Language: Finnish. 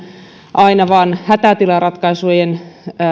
aina vain hätätilaratkaisujen